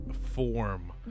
form